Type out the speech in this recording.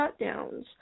shutdowns